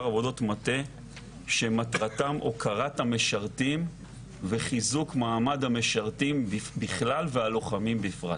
פעולות מטה שמטרתן הוקרת המשרתים וחיזוק מעמד המשרתים בכלל והלוחמים בפרט.